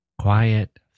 quiet